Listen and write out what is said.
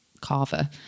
carver